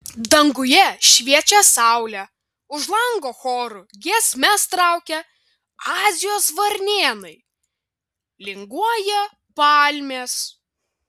danguje šviečia saulė už lango choru giesmes traukia azijos varnėnai linguoja palmės